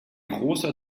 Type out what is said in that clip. großer